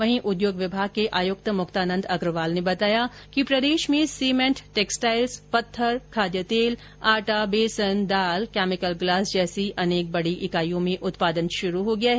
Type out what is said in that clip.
वहीं उद्योग विभाग के आयुक्त मुक्तानंद अग्रवाल ने बताया कि प्रदेश में सीमेंट टैक्सटाइल्स पत्थर खाद्य तेल आटा बेसन दाल कैमिकल ग्लास जैसी अनेक बडी इकाईयों में उत्पादन शुरू हो गया है